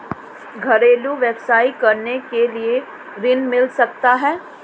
घरेलू व्यवसाय करने के लिए ऋण मिल सकता है?